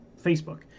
facebook